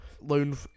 loan